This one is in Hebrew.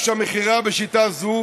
כך שהמכירה בשיטה זו